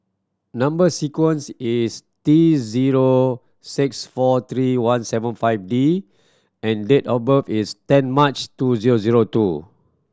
number sequence is T zero six four three one seven five D and date of birth is ten March two zero zero two